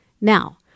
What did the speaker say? Now